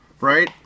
right